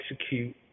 execute